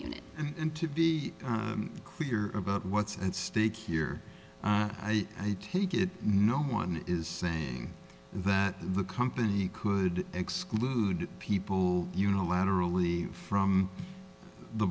unit and to be clear about what's at stake here i take it no one is saying that the company could exclude people unilaterally from the